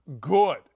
Good